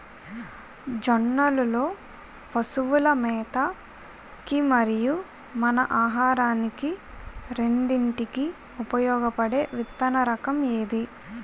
జొన్నలు లో పశువుల మేత కి మరియు మన ఆహారానికి రెండింటికి ఉపయోగపడే విత్తన రకం ఏది?